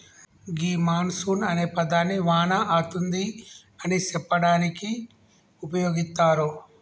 గీ monsoon అనే పదాన్ని వాన అతుంది అని సెప్పడానికి ఉపయోగిత్తారు